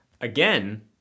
again